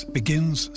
begins